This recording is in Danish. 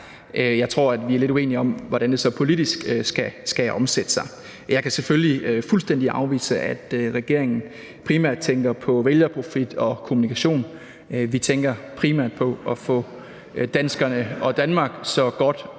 Jeg tror, at vi er lidt uenige om, hvordan det så politisk skal omsættes. Jeg kan selvfølgelig fuldstændig afvise, at regeringen primært tænker på vælgerprofit og kommunikation. Vi tænker primært på at få danskerne og Danmark så godt